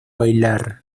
bailar